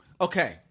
Okay